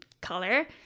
color